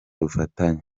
ubufatanye